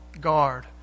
guard